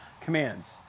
commands